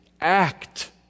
act